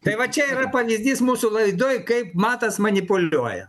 tai va čia yra pavyzdys mūsų laidoj kaip matas manipuliuoja